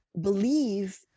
believe